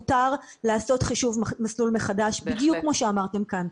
מותר לעשות חישוב מסלול מחדש בדיוק כמו שאמרתם כאן.